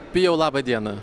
pijau labą dieną